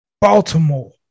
Baltimore